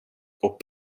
och